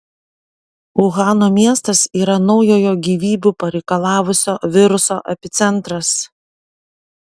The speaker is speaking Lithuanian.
uhano miestas yra naujojo gyvybių pareikalavusio viruso epicentras